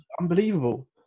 unbelievable